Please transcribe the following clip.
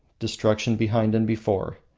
destruction behind and before.